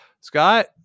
Scott